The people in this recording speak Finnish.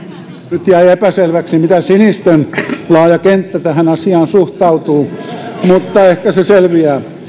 nyt jäi epäselväksi miten sinisten laaja kenttä tähän asiaan suhtautuu mutta ehkä se selviää